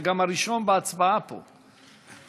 אתה גם הראשון בהצבעה פה,